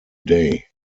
day